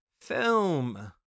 film